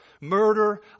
murder